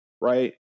right